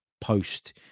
post